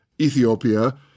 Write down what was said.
Ethiopia